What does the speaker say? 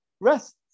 rest